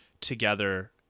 together